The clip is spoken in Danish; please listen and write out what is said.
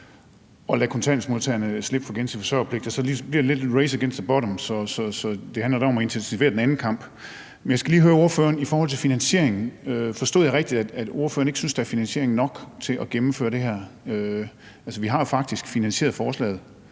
at lade kontanthjælpsmodtagerne slippe for den gensidige forsørgerpligt, bliver det lidt et race to the bottom. Så det handler lidt om at intensivere den anden kamp. Men jeg skal lige høre ordføreren om finansieringen: Forstod jeg det rigtigt, at ordføreren ikke synes, at der er nok finansiering til at gennemføre det her? Vi har faktisk finansieret forslaget